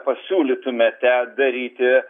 pasiūlytumėte daryti